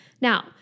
Now